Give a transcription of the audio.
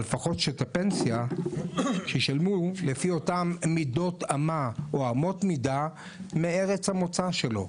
אבל לפחות שאת הפנסיה ישלמו לפי אותן אמות מידה מארץ המוצא שלנו.